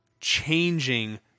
changing